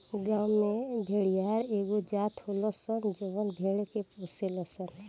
गांव में भेड़िहार एगो जात होलन सन जवन भेड़ के पोसेलन सन